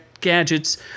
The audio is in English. gadgets